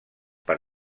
per